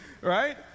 Right